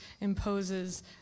imposes